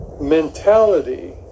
mentality